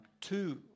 two